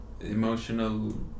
emotional